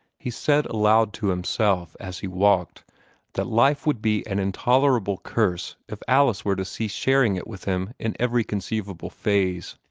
he said aloud to himself as he walked that life would be an intolerable curse if alice were to cease sharing it with him in every conceivable phase.